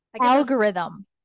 Algorithm